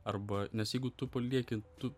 arba nes jeigu tu palieki tu